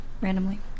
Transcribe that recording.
randomly